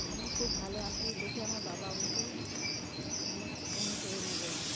আমি খুব ভালো আঁকি দেখে আমার বাবা আমাকে অনেক অনুপ্রেরণা জোগায়